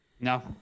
No